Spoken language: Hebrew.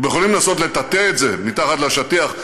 אתם יכולים לנסות לטאטא את זה מתחת לשטיח,